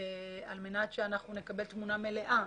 על מנת שנקבל תמונה מלאה